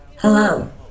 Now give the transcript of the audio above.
Hello